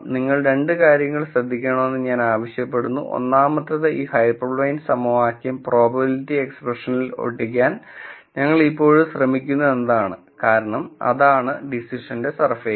നിങ്ങൾ രണ്ട് കാര്യങ്ങൾ ശ്രദ്ധിക്കണമെന്ന് ഞാൻ ആവശ്യപ്പെടുന്നു ഒന്നാമത്തേത് ഈ ഹൈപ്പർപ്ലെയ്ൻ സമവാക്യം പ്രോബബിലിറ്റി എക്സ്പ്രഷനിൽ ഒട്ടിക്കാൻ ഞങ്ങൾ ഇപ്പോഴും ശ്രമിക്കുന്നു എന്നതാണ് കാരണംഅതാണ് ഡിസിഷന്റെ സർഫേസ്